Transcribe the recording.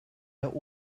der